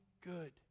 good